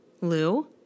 Lou